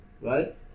right